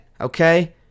okay